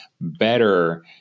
better